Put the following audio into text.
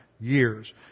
years